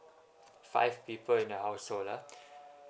five people in the household ah